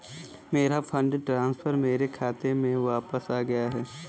मेरा fund transfer मेरे खाते में वापस आ गया है